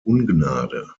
ungnade